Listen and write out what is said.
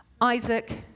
Isaac